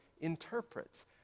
interprets